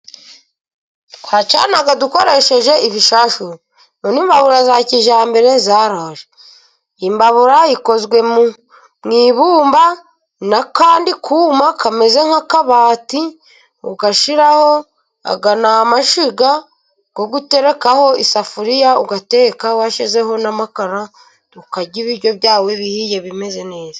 Twacanaga dukoresheje ibishashuro, none imbabura za kijyambere zaraje, imbabura ikozwe mu ibumba n'akandi kuma kameze nk'akabati ugashyiraho, aya ni amashyiga yo guterekaho isafuriya, ugateka washyizeho n'amakara ukarya ibiryo byawe bihiye bimeze neza.